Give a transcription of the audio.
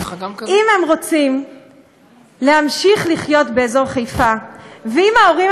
אם הם רוצים להמשיך לחיות באזור חיפה ואם ההורים